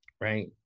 right